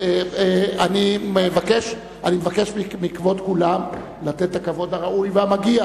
אני מבקש מכבוד כולם לתת את הכבוד הראוי והמגיע